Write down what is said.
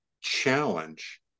challenge